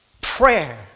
Prayer